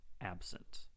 absent